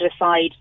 decide